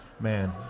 Man